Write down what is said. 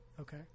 Okay